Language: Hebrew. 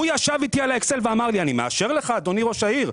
הוא ישב איתי על האקסל ואמר לי: אני מאשר לך אדוני ראש העיר,